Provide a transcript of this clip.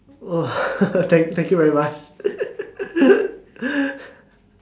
oh thank thank you very much